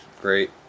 Great